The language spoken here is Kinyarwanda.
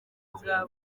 bwa